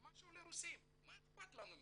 משהו לרוסים, מה אכפת לנו מהם.